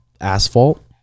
asphalt